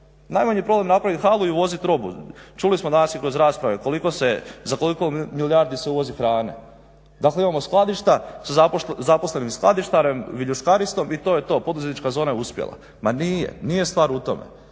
Najmanji je problem napraviti halu i uvoziti robu. Čuli smo danas i kroz rasprave za koliko milijardi se uvozi hrane. Dakle, imamo skladišta sa zaposlenim skladištarem, viljuškarem i to je to, poduzetnička zona je uspjela. Ma nije, nije stvar u tome.